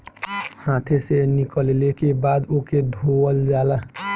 हाथे से निकलले के बाद ओके धोवल जाला